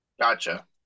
Gotcha